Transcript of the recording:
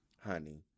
honey